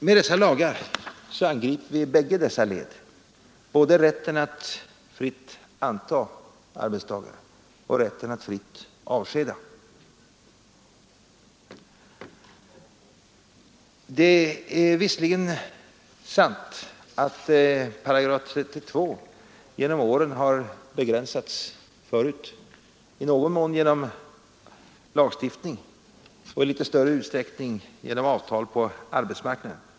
Med dessa lagar angriper vi bägge leden — både rätten att fritt anta arbetstagare och rätten att fritt avskeda. Det är visserligen sant att § 32 förut under åren har begränsats, i någon mån genom lagstiftning och i litet större utsträckning genom avtal på arbetsmarknaden.